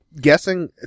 guessing